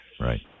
Right